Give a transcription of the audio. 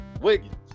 Wiggins